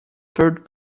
third